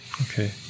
Okay